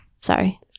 Sorry